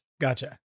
Gotcha